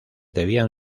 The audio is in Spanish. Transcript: debían